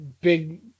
big